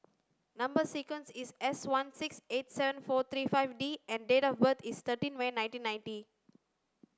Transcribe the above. number sequence is S sixteen eight seven four three five D and date of birth is thirteen May nineteen ninety